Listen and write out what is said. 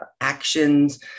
actions